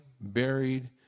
buried